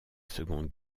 seconde